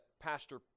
Pastor